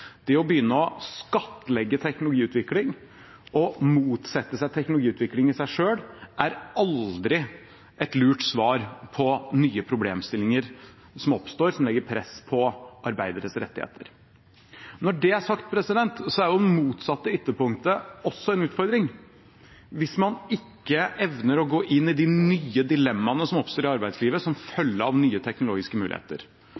Det å begynne å skattlegge teknologiutvikling og motsette seg teknologiutvikling i seg selv er aldri et lurt svar på nye problemstillinger som oppstår, som legger press på arbeideres rettigheter. Når det er sagt, er det motsatte ytterpunktet også en utfordring hvis man ikke evner å gå inn i de nye dilemmaene som oppstår i arbeidslivet som